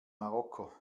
marokko